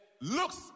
looks